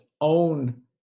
own